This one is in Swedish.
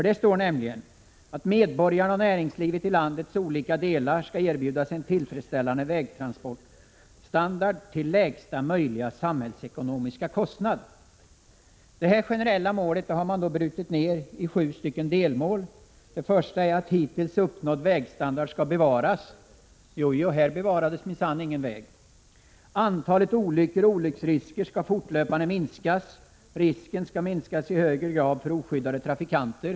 Där står nämligen: ”Medborgarna och näringslivet i landets olika delar skall erbjudas en tillfredsställande vägtransportstandard till lägsta möjliga samhällsekonomiska kostnad.” Detta generella mål har man brutit ned till följande sju delmål: 1. Hittills uppnådd vägstandard skall bevaras. — Jojo, här bevarades minsann ingen väg. 2. Antalet olyckor och olycksrisker skall fortlöpande minskas. Risken skall minskas i högre grad för oskyddade trafikanter.